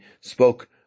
spoke